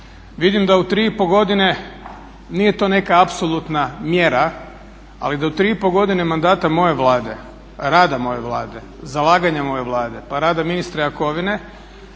Vidim da u 3,5 godine nije to neka apsolutna mjera ali da u 3,5 godine mandata moje Vlade, rada moje Vlade, zalaganja moje Vlade pa rada ministra Jakovine,